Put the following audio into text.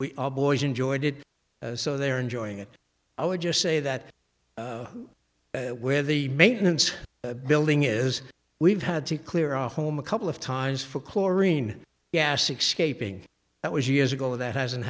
we our boys enjoyed it so they're enjoying it i would just say that where the maintenance building is we've had to clear our home a couple of times for chlorine yeah six caping that was years ago that hasn't